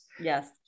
yes